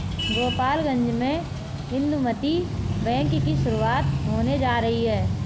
गोपालगंज में इंदुमती बैंक की शुरुआत होने जा रही है